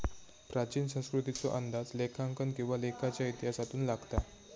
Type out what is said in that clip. प्राचीन संस्कृतीचो अंदाज लेखांकन किंवा लेखाच्या इतिहासातून लागता